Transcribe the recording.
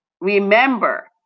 remember